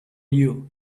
you